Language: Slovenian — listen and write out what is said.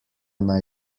naj